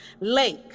Lake